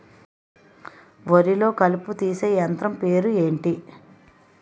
వరి లొ కలుపు తీసే యంత్రం పేరు ఎంటి?